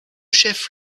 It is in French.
chef